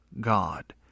God